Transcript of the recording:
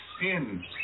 sin